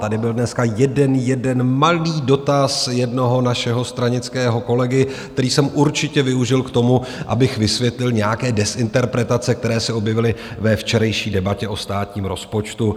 Tady byl dneska jeden malý dotaz jednoho našeho stranického kolegy, který jsem určitě využil k tomu, abych vysvětlil nějaké dezinterpretace, které se objevily ve včerejší debatě o státním rozpočtu.